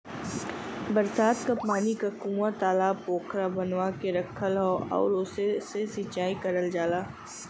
बरसात क पानी क कूंआ, तालाब पोखरा बनवा के रखल हौ आउर ओसे से सिंचाई करल जाला